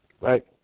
right